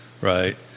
right